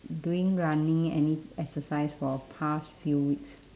doing running any exercise for past few weeks